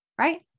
right